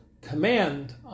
Command